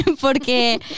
porque